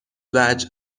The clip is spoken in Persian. وجه